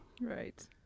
Right